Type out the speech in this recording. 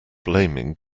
blaming